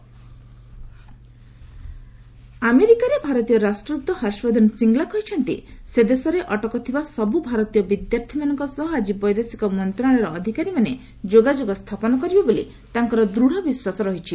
India US ଆମେରିକାରେ ଭାରତୀୟ ରାଷ୍ଟ୍ରଦୃତ ହର୍ଷବର୍ଦ୍ଧନ ଶ୍ରୀଙ୍ଗ୍ଲା କହିଛନ୍ତି ସେ ଦେଶରେ ଅଟକଥିବା ସବୁ ଭାରତୀୟ ବିଦ୍ୟାର୍ଥୀମାନଙ୍କ ସହ ଆଜି ବୈଦେଶିକ ମନ୍ତ୍ରଣାଳୟର ଅଧିକାରୀମାନେ ଯୋଗାଯୋଗ ସ୍ଥାପନ କରିବେ ବୋଲି ତାଙ୍କର ଦୂତ ବିଶ୍ୱାସ ରହିଛି